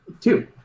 Two